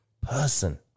person